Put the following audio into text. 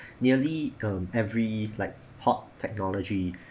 nearly um every like hot technology